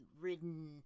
ridden